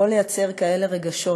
יכול ליצור כאלה רגשות